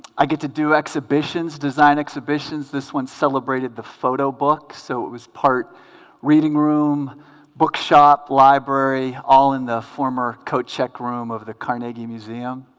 i get to do exhibitions design exhibitions this one celebrated the photo book so it was part reading room book shop library all in the former coat check room of the carnegie museum